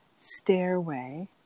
stairway